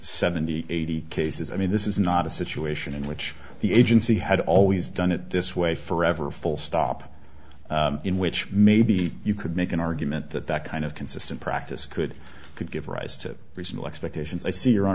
seventy eighty cases i mean this is not a situation in which the agency had always done it this way forever full stop in which maybe you could make an argument that that kind of consistent practice could could give rise to resettle expectations i see